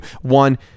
one